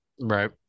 Right